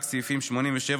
רק סעיפים 88-87,